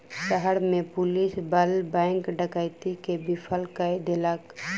शहर में पुलिस बल बैंक डकैती के विफल कय देलक